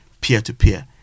peer-to-peer